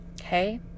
Okay